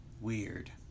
Weird